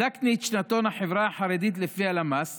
בדקתי את שנתון החברה החרדית לפי הלמ"ס